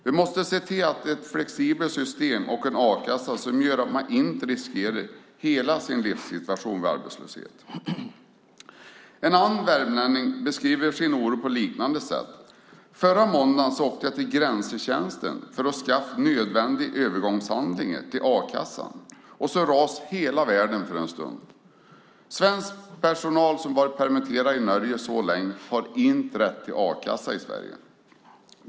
Vi måste se till att det är ett flexiblare system och en a-kassa som gör att man inte riskerar hela sin livssituation vid arbetslöshet. En annan värmlänning, Göran Aarhus, beskriver sin oro på ett liknande sätt: Förra måndagen åkte jag till Grensetjensten för att skaffa de nödvändiga övergångshandlingarna till a-kassan, och så rasade hela världen för en stund. Svensk personal som varit permitterad i Norge så länge har inte rätt till a-kassa i Sverige.